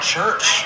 Church